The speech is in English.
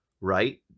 right